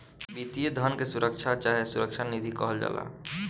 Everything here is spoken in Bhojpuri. वित्तीय धन के सुरक्षा चाहे सुरक्षा निधि कहल जाला